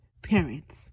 parents